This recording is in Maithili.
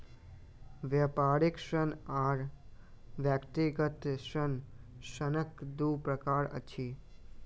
व्यापारिक ऋण आर व्यक्तिगत ऋण, ऋणक दू प्रकार अछि